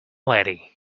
lady